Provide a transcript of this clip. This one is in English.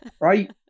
right